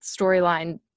storyline